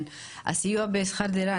הסיוע בשכר דירה,